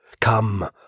Come